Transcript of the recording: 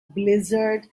blizzard